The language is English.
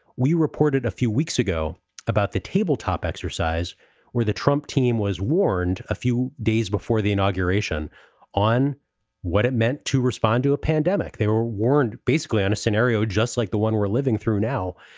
we reported a few weeks ago about the tabletop exercise where the trump team was warned a few days before the inauguration on what it meant to respond to a pandemic. they were warned basically on a scenario just like the one we're living through now.